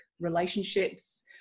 relationships